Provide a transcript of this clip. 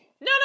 No